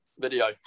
video